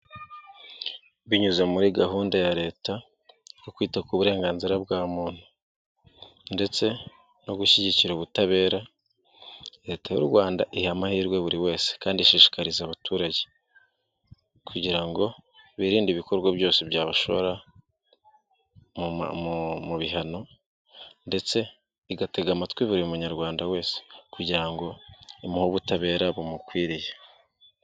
Binyuze muri gahunda ya leta yo kwita ku burenganzira bwa muntu, ndetse no gushyigikira ubutabera leta y'u rwanda iha amahirwe buri wese kandi ishishikariza abaturage kugira ngo birinde ibikorwa byose byabashora mu bihano, ndetse igatega amatwi buri munyarwanda wese kugira ngo imuhe ubutabera bumukwiriye.